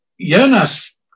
Jonas